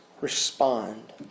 respond